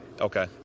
Okay